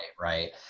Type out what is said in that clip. right